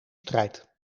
strijd